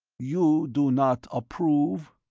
you do not approve?